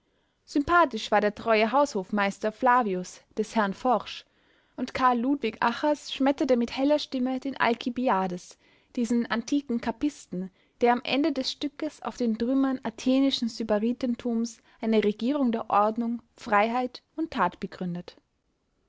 sympathisch war der treue haushofmeister flavius des herrn forsch und karl ludwig achaz schmetterte mit heller stimme den alkibiades diesen antiken kappisten der am ende des stückes auf den trümmern athenischen sybaritentums eine regierung der ordnung freiheit und tat begründet